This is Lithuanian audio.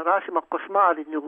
rašymą košmariniu